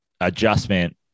adjustment